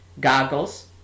goggles